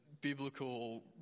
biblical